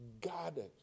guarded